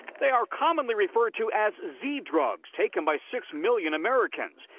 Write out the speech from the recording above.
they are commonly referred to as z drugs taken by six million americans.